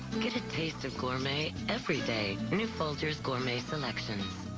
get a taste of gourmet everyday. new folgers gourmet selections.